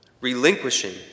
Relinquishing